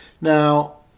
Now